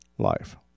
life